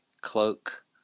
cloak